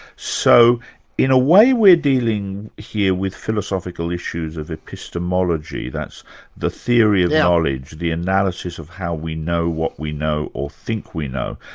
so in a way we're dealing here with philosophical issues of epistemology, that's the theory of knowledge, the analysis of how we know what we know, or think we know.